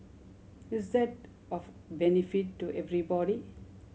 is that of benefit to everybody